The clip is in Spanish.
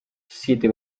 siete